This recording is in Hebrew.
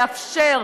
לאפשר,